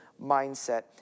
mindset